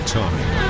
time